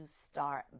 start